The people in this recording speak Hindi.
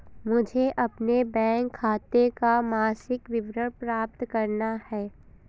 मुझे अपने बैंक खाते का मासिक विवरण प्राप्त करना है?